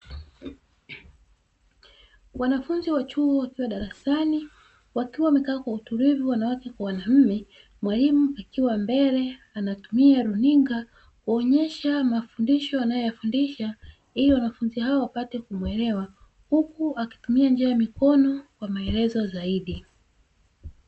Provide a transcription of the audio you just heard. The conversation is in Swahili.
Wanafunzi wa chuo wakiwa darasani, wakiwa wamekaa kwa utulivu wanawake kwa wanaume, mwalimu akiwa mbele anatumia runinga kuonyesha mafundisho anayoyafundisha, ili wanafunzi hao wapate kumwelewa, huku akitumia njia ya mikono kwa maelezo zaidi.